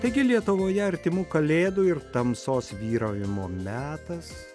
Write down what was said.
taigi lietuvoje artimų kalėdų ir tamsos vyraujimo metas